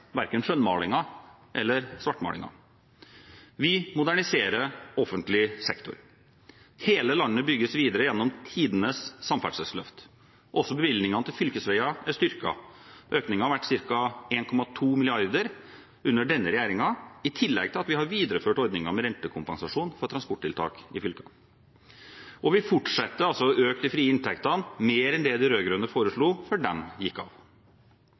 verken skjønnmalingen eller svartmalingen. Vi moderniserer offentlig sektor. Hele landet bygges videre gjennom tidenes samferdselsløft. Også bevilgningene til fylkesveier er styrket. Økningen har vært på ca. 1,2 mrd. kr under denne regjeringen, i tillegg til at vi har videreført ordningen med rentekompensasjon for transporttiltak i fylkene. Vi fortsetter å øke de frie inntektene, mer enn det de rød-grønne foreslo før de gikk av.